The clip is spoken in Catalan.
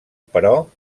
però